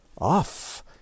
Off